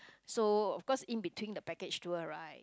so of course in between the package tour right